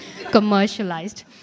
commercialized